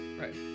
Right